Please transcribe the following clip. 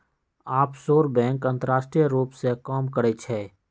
offshore bank अंतरराष्ट्रीय रूप से काम करइ छइ